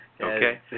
Okay